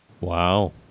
Wow